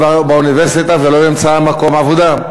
באוניברסיטה ולא ימצא מקום עבודה,